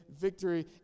victory